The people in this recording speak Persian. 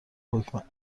حکم